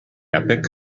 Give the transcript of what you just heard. epoch